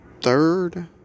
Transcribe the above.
third